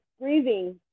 breathing